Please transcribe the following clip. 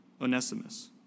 Onesimus